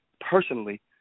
personally